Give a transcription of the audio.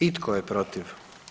I tko je protiv?